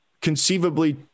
conceivably